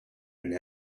and